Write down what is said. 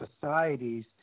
societies